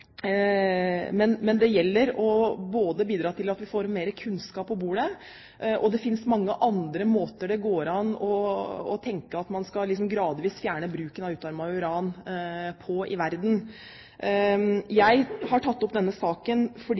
gjelder å bidra til at vi får mer kunnskap på bordet. Det finnes mange andre måter det går an å tenke at man gradvis skal fjerne bruken av utarmet uran på i verden. Jeg har tatt opp denne saken fordi